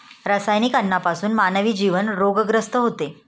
रासायनिक अन्नापासून मानवी जीवन रोगग्रस्त होते